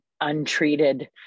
untreated